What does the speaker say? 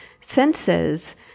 senses